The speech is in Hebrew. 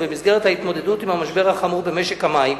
ובמסגרת ההתמודדות עם המשבר החמור במשק המים,